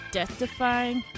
Death-defying